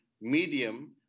medium